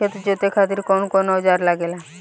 खेत जोते खातीर कउन कउन औजार लागेला?